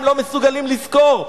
הם לא מסוגלים לשכור,